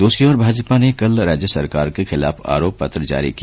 दूसरी ओर भाजपा ने कल राज्य सरकार के खिलाफ आरोप पत्र जारी किया